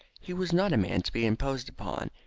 he was not a man to be imposed upon.